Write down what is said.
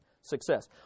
success